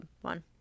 one